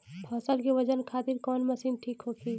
फसल के वजन खातिर कवन मशीन ठीक होखि?